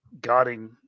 guarding